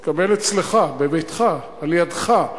הוא התקבל אצלך, בביתך, על-ידך,